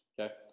okay